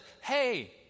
hey